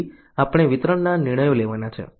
પછી આપણે વિતરણના નિર્ણયો લેવાના છે